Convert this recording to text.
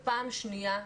פעם שנייה,